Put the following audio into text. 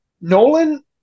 Nolan